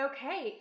Okay